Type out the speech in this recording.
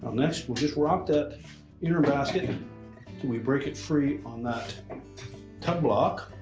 next, we'll just rock that inner basket till we break it free on that tub block